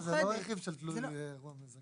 אבל הפנסיה זה לא רכיב שתלוי אירוע מזכה.